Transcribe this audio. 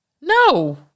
No